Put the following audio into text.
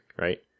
right